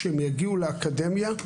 כשהם יגיעו לאקדמיה,